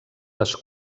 les